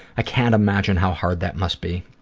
i can't imagine how hard that must be.